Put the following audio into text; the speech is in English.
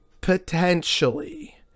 potentially